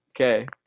Okay